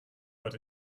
but